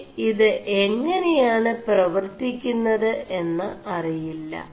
പേ ഇത് എÆെനയാണ് 4പവർøി ുMത് എM് അറിയി